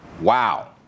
Wow